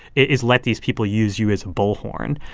is let these people use you as a bullhorn